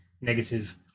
negative